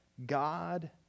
God